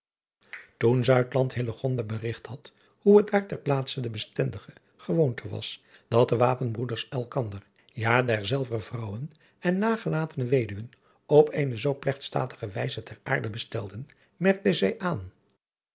oen berigt had hoe het daar ter plaatse de bestendige gewoonte was dat de wapenbroeders elkander ja derzelver vrouwen en nagelatene weduwen op eene zoo plegtstatige wijze ter aarde bestelden merkte zij aan